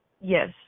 Yes